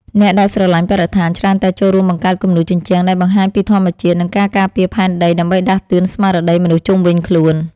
អ្នកដែលស្រឡាញ់បរិស្ថាន ច្រើនតែចូលរួមបង្កើតគំនូរជញ្ជាំងដែលបង្ហាញពីធម្មជាតិ និងការការពារផែនដី ដើម្បីដាស់តឿនស្មារតីមនុស្សជុំវិញខ្លួន។